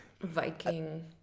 Viking